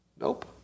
Nope